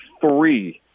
three